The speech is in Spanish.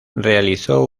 realizó